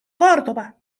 córdoba